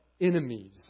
enemies